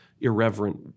irreverent